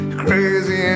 crazy